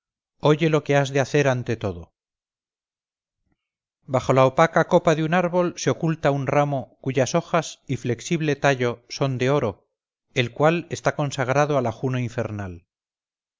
oye lo que has de hacer ante todo bajo la opaca copa de un árbol se oculta un ramo cuyas hojas y flexible tallo son de oro el cual está consagrado a la juno infernal